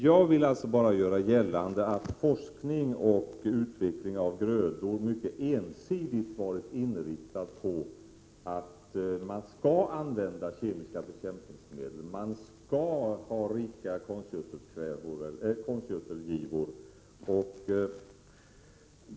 Jag vill bara göra gällande att forskning och utveckling av grödor mycket ensidigt har inriktats på att kemiska bekämpningsmedel skall användas och att konstgödselgivorna skall vara rika.